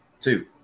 Two